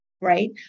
right